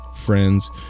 friends